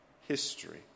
history